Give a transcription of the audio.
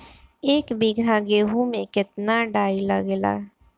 एक बीगहा गेहूं में केतना डाई लागेला?